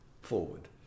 forward